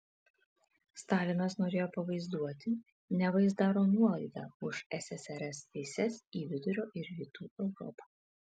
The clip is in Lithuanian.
stalinas norėjo pavaizduoti neva jis daro nuolaidą už ssrs teises į vidurio ir rytų europą